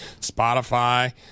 Spotify